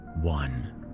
One